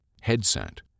Headset